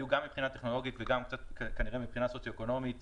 שגם מבחינה טכנולוגית וגם כנראה מבחינה סוציו-אקונומית